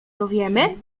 dowiemy